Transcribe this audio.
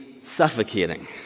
suffocating